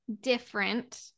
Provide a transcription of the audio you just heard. different